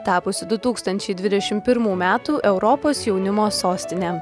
tapusi du tūkstančiai dvidešimt pirmų metų europos jaunimo sostine